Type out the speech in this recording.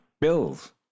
bills